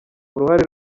uruhare